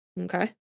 Okay